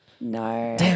No